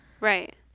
Right